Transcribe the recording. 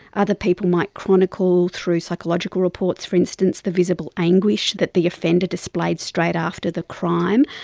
other people might chronicle through psychological reports, for instance, the visible anguish that the offender displayed straight after the crime.